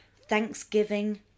Thanksgiving